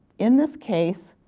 in this case,